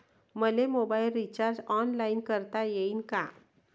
मले mobile recharge online करता येईन का?